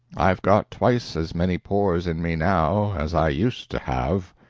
i've got twice as many pores in me now as i used to have.